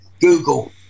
Google